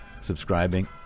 subscribing